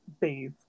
bathe